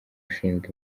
ushinzwe